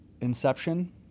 Inception